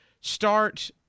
start